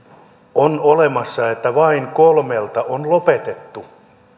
on olemassa vain kolmelta on lopetettu